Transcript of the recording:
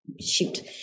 shoot